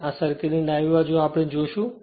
તેથી આ સર્કિટની ડાબી બાજુ આપણે આ જોશું